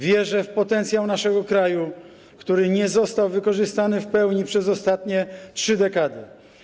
Wierzę w potencjał naszego kraju, który nie został wykorzystany w pełni przez ostatnie trzy dekady.